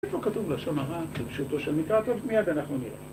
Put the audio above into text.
איפה כתוב לשון הרע כפשוטו של מקרא טוב? מייד אנחנו נראה.